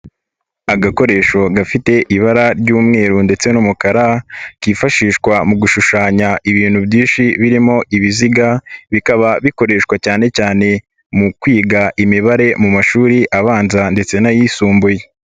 Agakoresho gafite ibara ry'umweru ndetse n'umukara kifashishwa mu gushushanya ibintu byinshi birimo ibiziga bikaba bikoreshwa cyane cyane mu kwiga imibare mu mashuri abanza ndetse n'ayisumbuye.